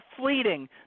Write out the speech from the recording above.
fleeting